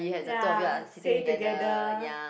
ya say it together